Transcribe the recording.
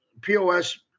POS